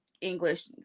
English